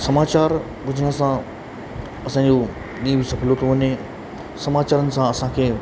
समाचार ॿुधण सां असांजो ॾींहुं सफिलो थो वञे समाचारनि सां असांखे